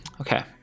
Okay